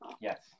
Yes